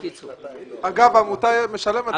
אגב, העמותה משלמת.